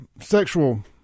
sexual